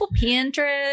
Pinterest